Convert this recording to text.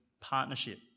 partnership